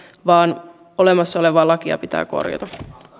vaan olemassa olevaa lakia pitää korjata